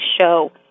show